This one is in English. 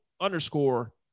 underscore